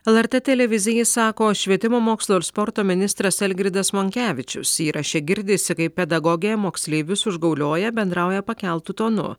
lrt televizijai sako švietimo mokslo ir sporto ministras algirdas monkevičius įraše girdisi kaip pedagogė moksleivius užgaulioja bendrauja pakeltu tonu